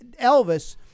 Elvis